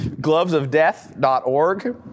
Glovesofdeath.org